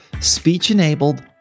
speech-enabled